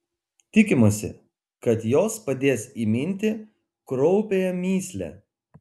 tikimasi kad jos padės įminti kraupiąją mįslę